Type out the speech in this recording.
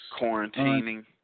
quarantining